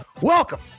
Welcome